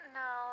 no